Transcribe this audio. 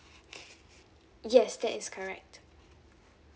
okay yes that's correct